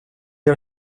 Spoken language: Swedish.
har